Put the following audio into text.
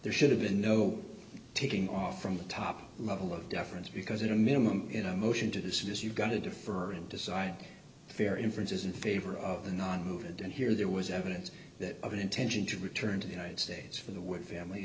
there should have been no taking off from the top level of deference because in a minimum in a motion to dismiss you've got to defer and decide the fair inference is in favor of the nonmoving didn't hear there was evidence that of an intention to return to the united states for the wood family